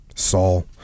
Saul